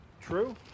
True